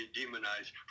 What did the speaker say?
demonized